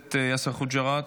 הכנסת יאסר חוג'יראת,